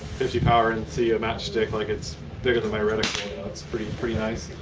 fifty power and see a match stick like it's bigger than my reticle. and that's pretty pretty nice.